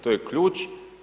To je ključ.